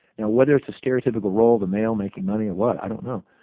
now whether it's a stereotypical role, the male making money or what, i don't know.